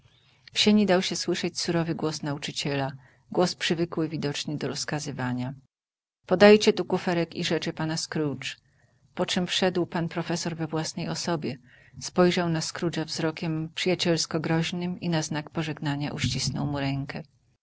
w sieni dał się słyszeć surowy głos nauczyciela głos przywykły widocznie do rozkazywania podajcie tu kuferek i rzeczy p scrooge poczem wszedł p profesor we własnej osobie spojrzał na scroogea wzrokiem przyjacielsko groźnym i na znak pożegnania uścisnął mu rękę